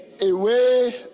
away